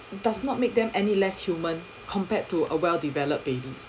does not make them any less human compared to a well developed baby